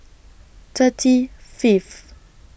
thirty Fifth